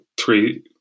three